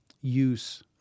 use